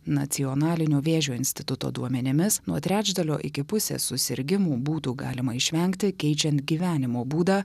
nacionalinio vėžio instituto duomenimis nuo trečdalio iki pusės susirgimų būtų galima išvengti keičiant gyvenimo būdą